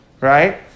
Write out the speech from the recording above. right